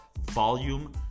volume